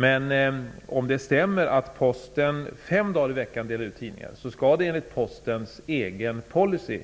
Men om det stämmer att Posten fem dagar i veckan delar ut tidningen, skall det enligt Postens egen policy